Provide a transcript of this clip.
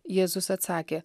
jėzus atsakė